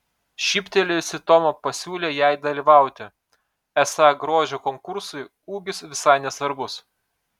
šyptelėjusi toma pasiūlė jai dalyvauti esą grožio konkursui ūgis visai nesvarbus